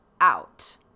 out